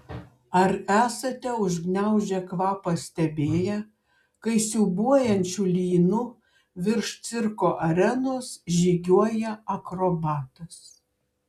ar esate užgniaužę kvapą stebėję kai siūbuojančiu lynu virš cirko arenos žygiuoja akrobatas